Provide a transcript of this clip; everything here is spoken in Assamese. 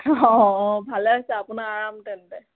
ভালে আছে আপোনাৰ আৰাম তেন্তে